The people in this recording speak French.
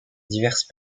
diverses